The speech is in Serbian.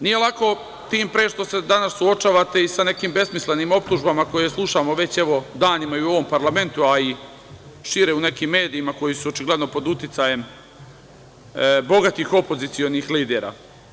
Nije lako tim pre što se danas suočavate i sa nekim besmislenim optužbama koje slušamo već, evo, danima u ovom Parlamentu, a i šire u nekim medijima, koji su očigledno pod uticajem bogatih opozicionih lidera.